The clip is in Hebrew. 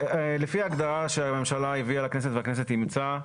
שלפי ההגדרה שהממשלה הביאה לכנסת והכנסת אימצה,